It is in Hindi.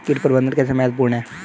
कीट प्रबंधन कैसे महत्वपूर्ण है?